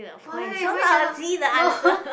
why why cannot no